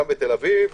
גם בתל-אביב,